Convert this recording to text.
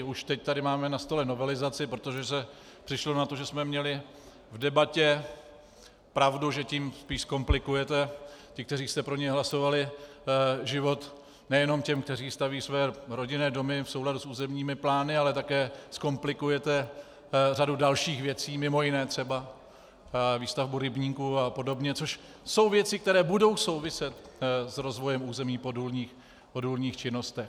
Už teď tady máme na stole novelizaci, protože se přišlo na to, že jsme měli v debatě pravdu, že tím spíš zkomplikujete ti, kteří jste pro něj hlasovali život nejenom těm, kteří staví své rodinné domy v souladu s územními plány, ale také zkomplikujete řadu dalších věcí, mj. třeba výstavbu rybníků apod., což jsou věci, které budou souviset s rozvojem území po důlních činnostech.